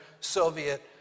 Soviet